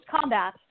combat